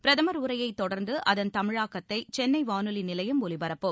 பிரதமர் உரையை தொடர்ந்து அதன் தமிழாக்கத்தை சென்னை வானொலி நிலையம் ஒலிபரப்பும்